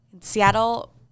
Seattle